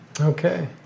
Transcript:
Okay